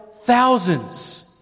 thousands